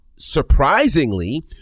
Surprisingly